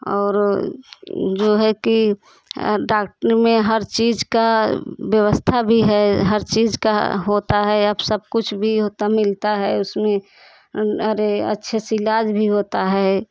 और जो है कि डॉक्टरी में हर चीज का व्यवस्था भी है हर चीज का होता है अब सब कुछ भी होता मिलता है उसमें अरे अच्छे से इलाज भी होता है